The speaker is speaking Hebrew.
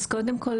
קודם כול,